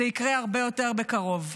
זה יקרה הרבה יותר בקרוב.